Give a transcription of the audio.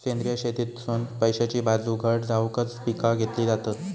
सेंद्रिय शेतीतसुन पैशाची बाजू घट जावकच पिका घेतली जातत